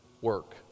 work